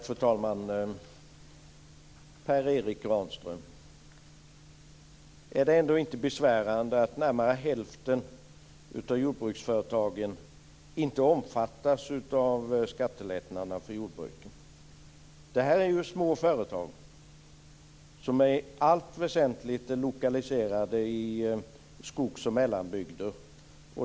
Fru talman! Per Erik Granström, är det ändå inte besvärande att närmare hälften av jordbruksföretagen inte omfattas av skattelättnaderna för jordbruken? Det är små företag som i allt väsentligt är lokaliserade i skogs och mellanbygder.